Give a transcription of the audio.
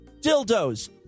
dildos